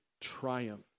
triumph